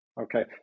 Okay